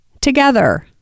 together